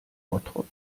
bottrop